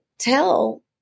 tell